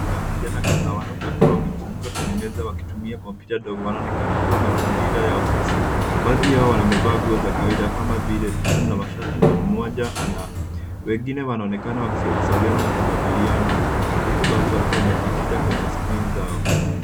Kundi za vijana kadaha, wanaume wakiwa wamekusanyika kwenye meza wakitumia kompyuta ndogo, wanaonekana kuwa mazingira ya ofisi, baadhi yao wamevaa nguo za kawaida kama vile tishati na mashati na mmoja ana. Wengine wanaonekana wakishauriana kujadiliana huku baadhi wakiwa wamejikida kwenye skrini zao.